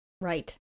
Right